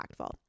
impactful